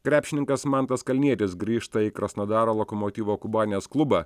krepšininkas mantas kalnietis grįžta į krasnodaro lokomotyvo kubanės klubą